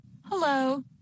Hello